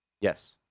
Yes